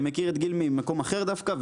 אני מכיר את גיל ממקום אחר דווקא.